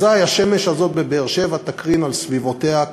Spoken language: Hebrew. אזי השמש הזו בבאר-שבע תקרין על סביבותיה,